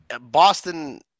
Boston